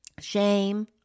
shame